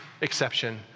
exception